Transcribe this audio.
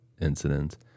incidents